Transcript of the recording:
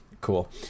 Cool